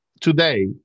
today